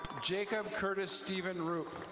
jacob curtis steven rupe.